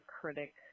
critic